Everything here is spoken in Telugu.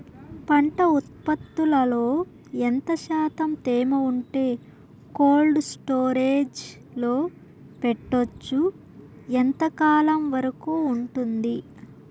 పంట ఉత్పత్తులలో ఎంత శాతం తేమ ఉంటే కోల్డ్ స్టోరేజ్ లో పెట్టొచ్చు? ఎంతకాలం వరకు ఉంటుంది